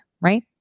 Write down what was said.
right